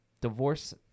divorce